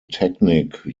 technique